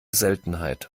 seltenheit